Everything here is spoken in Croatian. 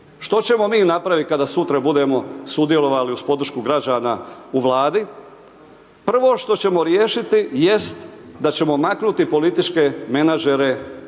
Što ćemo mi napraviti kada sutra budemo sudjelovali uz podršku građana u Vladi? Prvo što ćemo riješiti jest da ćemo maknuti političke menadžere iz